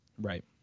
Right